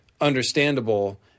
understandable